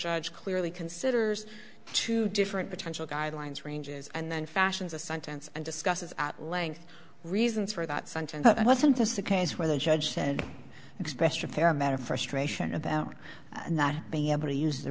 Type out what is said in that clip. judge clearly considers two different potential guidelines ranges and then fashions a sentence and discusses at length reasons for that sentence but it wasn't just a case where the judge said expressed a fair amount of frustration about not being able to use the